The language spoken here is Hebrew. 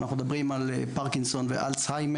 אנחנו מדברים על פרקינסון ואלצהיימר,